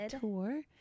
tour